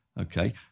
Okay